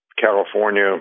California